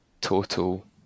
Total